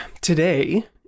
Today